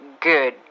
good